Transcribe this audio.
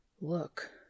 Look